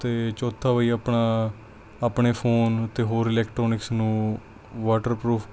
ਅਤੇ ਚੌਥਾ ਬਈ ਆਪਣਾ ਆਪਣੇ ਫੋਨ ਅਤੇ ਹੋਰ ਇਲੈਕਟਰੋਨਿਕਸ ਨੂੰ ਵਾਟਰਪ੍ਰੂਫ